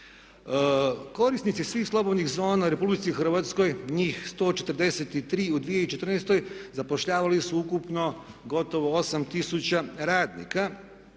Korisnici svih slobodnih zona u RH, njih 143 u 2014., zapošljavali su ukupno gotovo 8000 radnika.